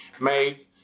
made